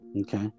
Okay